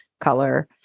color